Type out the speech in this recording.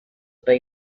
pay